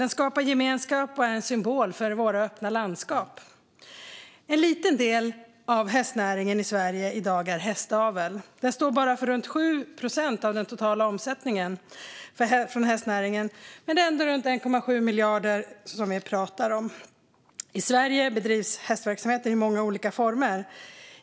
Den skapar gemenskap och är en symbol för våra öppna landskap. En liten del av hästnäringen i Sverige i dag är hästavel. Den står bara för runt 7 procent av den totala omsättningen från hästnäringen, men det är ändå runt 1,7 miljarder som vi pratar om.I Sverige bedrivs hästverksamheter i många olika former.